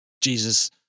Jesus